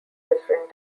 different